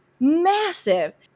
massive